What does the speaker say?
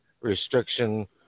restriction